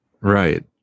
Right